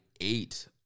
eight